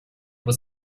was